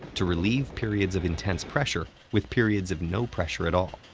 to relieve periods of intense pressure with periods of no pressure at all.